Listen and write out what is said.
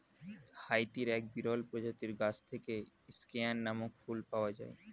হাইতির এক বিরল প্রজাতির গাছ থেকে স্কেয়ান নামক ফুল পাওয়া যায়